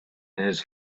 his